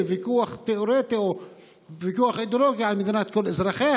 בוויכוח תיאורטי או בוויכוח אידיאולוגי על מדינת כל אזרחיה,